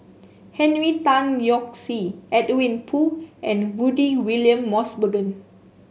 Henry Tan Yoke See Edwin Koo and Rudy William Mosbergen